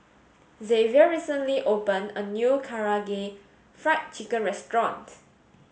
Xavier recently opened a new Karaage Fried Chicken restaurant